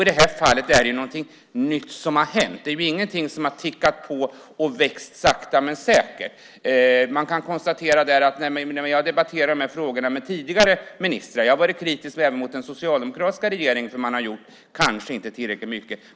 I det här fallet är det någonting nytt som har hänt. Det är ingenting som har tickat på och vuxit sakta men säkert. Jag har debatterat de här frågorna med tidigare ministrar. Jag har varit kritisk även mot den socialdemokratiska regeringen, för den gjorde kanske inte tillräckligt mycket.